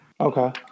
Okay